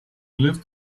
lives